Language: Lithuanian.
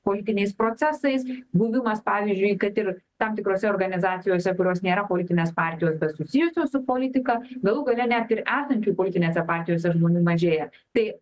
politiniais procesais buvimas pavyzdžiui kad ir tam tikrose organizacijose kurios nėra politinės partijos bet susijusios su politika galų gale net ir esančių politinėse partijose žmonių mažėja tai